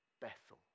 Bethel